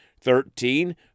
Thirteen